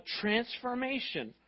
transformation